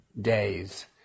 days